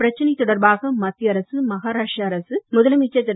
பிரச்சனை தொடர்பாக மத்திய அரசு மகாராஷ்டிர அரசு முதலமைச்சர் திரு